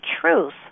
truth